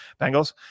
Bengals